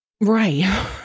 Right